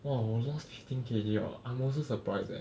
!wah! 我 lost fifteen K_G liao I'm also surprised leh